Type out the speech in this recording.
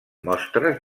mostres